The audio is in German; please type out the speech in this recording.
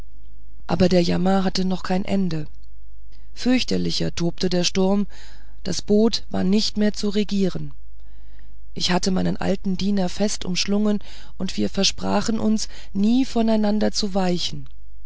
aber der jammer hatte noch kein ende fürchterlicher tobte der sturm das boot war nicht mehr zu regieren ich hatte meinen alten diener fest umschlungen und wir versprachen uns nie voneinander zu weichen